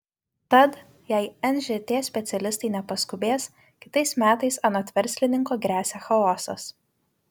tad jei nžt specialistai nepaskubės kitais metais anot verslininko gresia chaosas